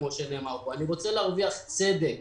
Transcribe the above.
אני רוצה להרוויח צדק.